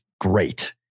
great